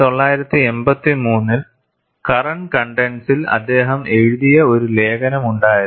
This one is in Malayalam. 1983 ൽ കറന്റ് കൺടെൻസിൽ അദ്ദേഹം എഴുതിയ ഒരു ലേഖനം ഉണ്ടായിരുന്നു